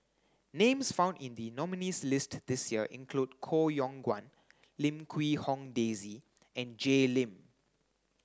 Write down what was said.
names found in the nominees' list this year include Koh Yong Guan Lim Quee Hong Daisy and Jay Lim